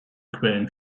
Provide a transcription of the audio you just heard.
quellen